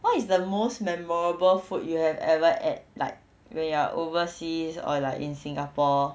what is the most memorable food you have ever ate like when you're overseas or like in singapore